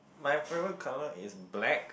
my favorite color is black